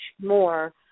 more